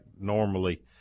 normally